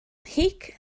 mhic